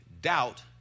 doubt